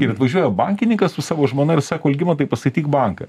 ir atvažiuoja bankininkas su savo žmona ir sako algimantai paskaityk banką